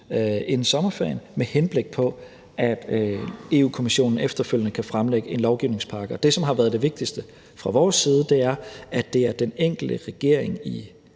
inden sommerferien, med henblik på at Europa-Kommissionen efterfølgende kan fremlægge en lovgivningspakke. Og det, som har været det vigtigste fra vores side, er, at det er det enkelte lands regering,